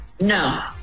No